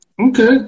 okay